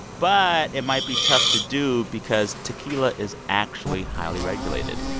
but it might be tough to do because tequila is actually highly regulated.